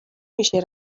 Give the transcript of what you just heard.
میشه